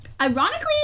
ironically